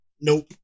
nope